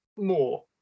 more